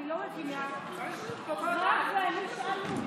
מבינה את זה, רם ואני שאלנו.